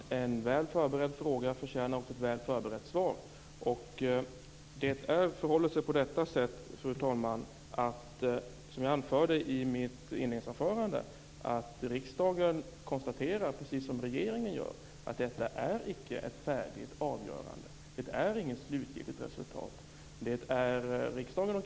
Fru talman! En väl förberedd fråga förtjänar också ett väl förberett svar. Som jag sade i mitt inledningsanförande konstaterar riksdagen, precis som regeringen, att detta icke är ett färdigt avgörande; det är inget slutgiltigt resultat.